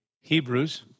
Hebrews